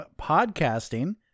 podcasting